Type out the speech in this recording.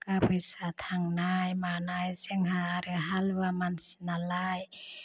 थाखा फैसा थांनाय मानाय जोंहा आरो हालुवा मानसि नालाय